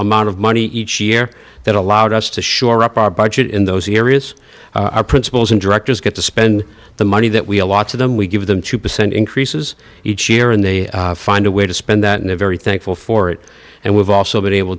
amount of money each year that allowed us to shore up our budget in those areas our principals and directors get to spend the money that we allot to them we give them two percent increases each year and they find a way to spend that in a very thankful for it and we've also been able